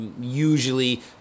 Usually